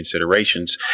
Considerations